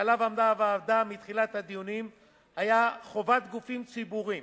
שעליו עמדה הוועדה מתחילת הדיונים היה: חובת גופים ציבוריים